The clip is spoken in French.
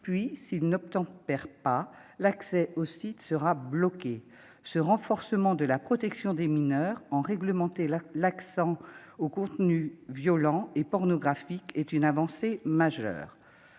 ; s'ils n'obtempèrent pas, l'accès au site sera bloqué. Ce renforcement de la protection des mineurs, en réglementant l'accès aux contenus violents et pornographiques, est une avancée majeure.